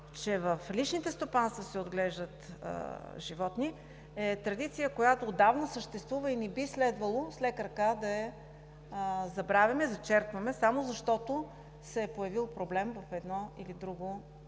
че в личните стопанства се отглеждат животни, е традиция, която отдавна съществува, и не би следвало с лека ръка да я забравим, зачеркваме, само защото се е появил проблем с едно или друго